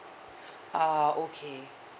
ah okay